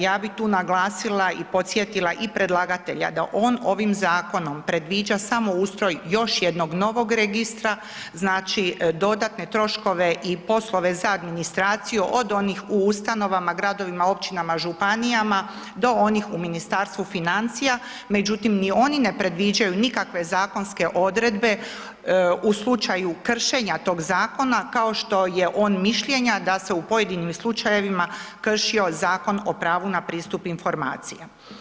Ja bih tu naglasila i podsjetila i predlagatelja da on ovim zakonom predviđa samo ustroj još jednog novog registra, znači dodatne troškove i poslove za administraciju, od onih u ustanovama, gradovima, općinama, županijama, do onih u Ministarstvu financija, međutim, ni oni ne predviđaju nikakve zakonske odredbe u slučaju kršenja tog zakona, kao što je on mišljenja, da se u pojedinih slučajevima kršio Zakon o pravu na pristup informacija.